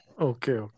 okay